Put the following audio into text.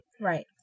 Right